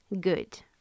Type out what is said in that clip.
Good